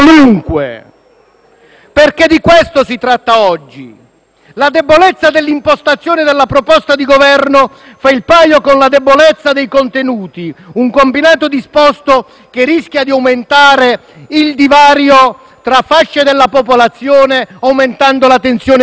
perché di questo si tratta oggi. La debolezza dell'impostazione della proposta di Governo fa il paio con la debolezza dei contenuti: un combinato disposto, che rischia di aumentare il divario tra fasce della popolazione, aumentando la tensione sociale.